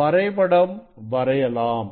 வரைபடம் வரையலாம்